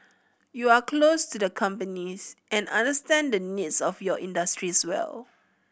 you are close to the companies and understand the needs of your industries well